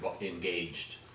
engaged